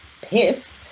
pissed